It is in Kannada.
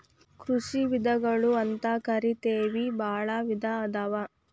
ಕೃಷಿ ವಿಧಗಳು ಅಂತಕರಿತೆವಿ ಬಾಳ ವಿಧಾ ಅದಾವ